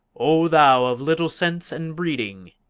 o thou of little sense and breeding!